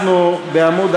נתקבל.